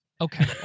Okay